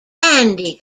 candy